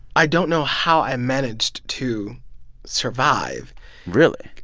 i don't know how i managed to survive really?